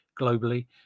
globally